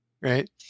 Right